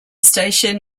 station